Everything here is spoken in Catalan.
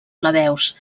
plebeus